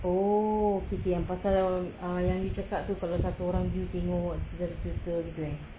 oh okay okay yang pasal err yang you cakap tu kalau satu orang view tengok satu cerita gitu eh